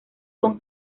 son